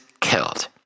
killed